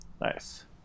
nice